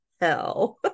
hell